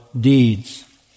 deeds